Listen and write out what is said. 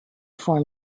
form